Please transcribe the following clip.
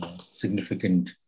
significant